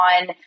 on